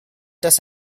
dass